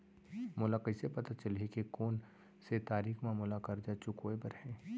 मोला कइसे पता चलही के कोन से तारीक म मोला करजा चुकोय बर हे?